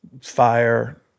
fire